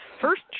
First